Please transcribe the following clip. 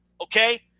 okay